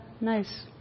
nice